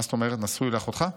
מה זאת אומרת, נשוי לאחותך?